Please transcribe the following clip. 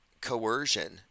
coercion